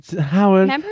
Howard